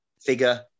figure